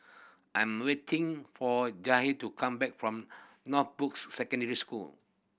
I'm waiting for Jahir to come back from Northbrooks Secondary School